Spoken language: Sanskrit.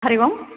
हरि ओं